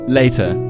later